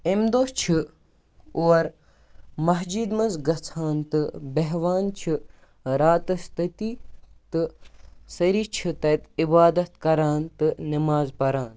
اَمہِ دۄہ چھُ اور مسجد منٛز گژھان تہِ بیٚہوان چھِ راتس تٔتی تہٕ سٲری چھِ تَتہِ عبادت کَران تہٕ نِماز پران